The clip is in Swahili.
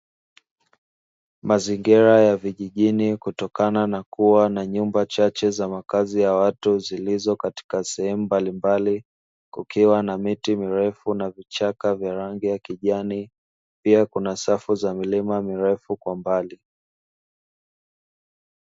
Mazingira ya vijijini kwa kuwa na nyumba chache za watu, zikiwa katika sehemu mbalimbali kukiwa na miti mirefu na vichaka vya rangi ya kijani pia kuna safu za milima mirefu kwa mbali.